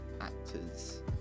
actors